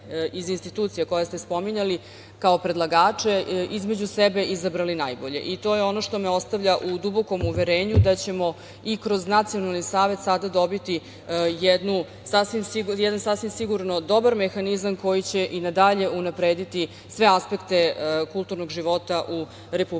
iz institucija koje ste spominjali kao predlagače, između sebe izabrali najbolje i to je ono što me ostavlja u dubokom uverenju da ćemo i kroz Nacionalne savet sada dobiti jedan sasvim sigurno dobar mehanizam koji će i na dalje unaprediti sve aspekte kulturnog života u Republici